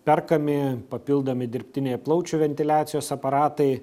perkami papildomi dirbtiniai plaučių ventiliacijos aparatai